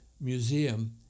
Museum